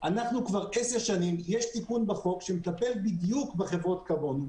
כבר 10 שנים יש תיקון בחוק שמטפל בדיוק בחברות כמונו,